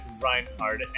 Reinhardt